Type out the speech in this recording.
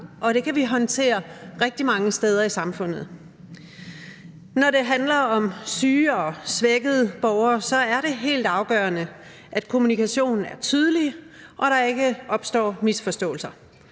og det kan vi håndtere rigtig mange steder i samfundet. Når det handler om syge og svækkede borgere, er det helt afgørende, at kommunikationen er tydelig, og at der ikke opstår misforståelser.